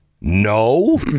no